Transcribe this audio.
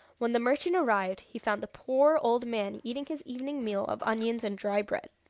when the merchant arrived he found the poor old man eating his evening meal of onions and dry bread,